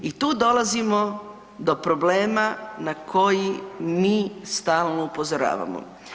I tu dolazimo do problema na koji mi stalno upozoravamo.